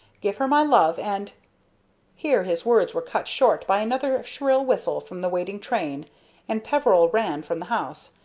give her my love, and here his words were cut short by another shrill whistle from the waiting train and peveril ran from the house,